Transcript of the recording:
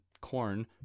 corn